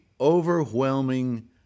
overwhelming